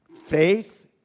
faith